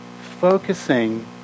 focusing